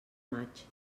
maig